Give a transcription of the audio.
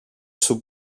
σου